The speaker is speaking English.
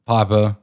Papa